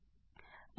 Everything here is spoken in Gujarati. આમ આમાંથી theta52